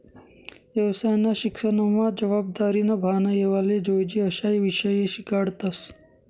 येवसायना शिक्सनमा जबाबदारीनं भान येवाले जोयजे अशा ईषय शिकाडतस